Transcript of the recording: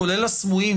כולל הסמויים,